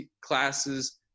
classes